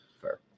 Fair